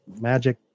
magic